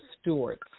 stewards